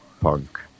punk